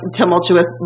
tumultuous